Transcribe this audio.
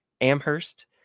Amherst